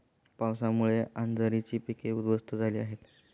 पावसामुळे अंजीराची पिके उध्वस्त झाली आहेत